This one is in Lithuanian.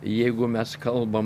jeigu mes kalbam